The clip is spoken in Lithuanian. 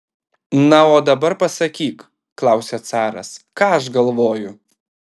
na o dabar pasakyk klausia caras ką aš galvoju